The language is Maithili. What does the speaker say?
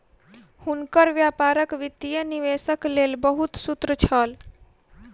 हुनकर व्यापारक वित्तीय निवेशक लेल बहुत सूत्र छल